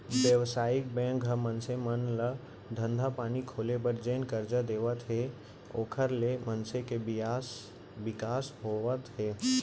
बेवसायिक बेंक ह मनसे मन ल धंधा पानी खोले बर जेन करजा देवत हे ओखर ले मनसे के बिकास होवत हे